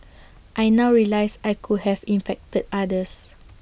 I now realise I could have infected others